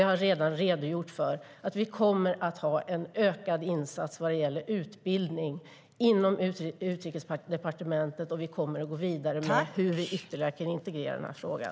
Jag har redan redogjort för att vi kommer att ha en ökad insats vad gäller utbildning inom Utrikesdepartementet, och vi kommer att gå vidare med hur vi ytterligare kan integrera frågan.